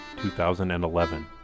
2011